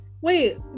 wait